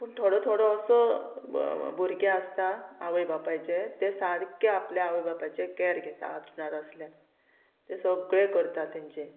पूण थोडो थोडो असो भुरगे आसता आवय बापायचे ते सारके आपल्या आवय बापायचे कॅर घेता हांतरुणार आसल्यान ते सगळे करता तेंचे